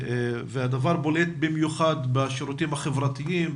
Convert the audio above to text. הדבר בולט במיוחד בשירותים החברתיים,